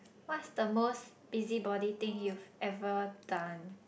what's the most busybody thing you've ever done